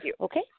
Okay